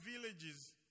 villages